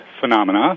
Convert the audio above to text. phenomena